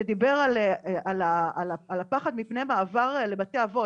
שדיבר על הפחד מפני מעבר לבתי אבות.